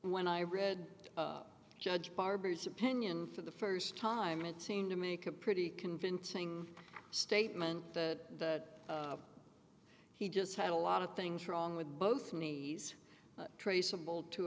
when i read judge barbour's opinion for the first time it seemed to make a pretty convincing statement that he just had a lot of things wrong with both knees traceable to